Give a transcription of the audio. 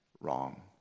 wrong